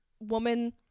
woman